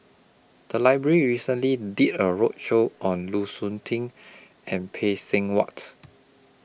The Library recently did A roadshow on Lu Suitin and Phay Seng Whatt